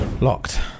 Locked